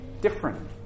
different